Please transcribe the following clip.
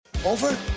over